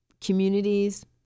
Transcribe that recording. communities